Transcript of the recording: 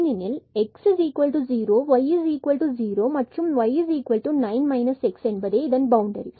ஏனெனில் இவை x0y0 and y9 x boundary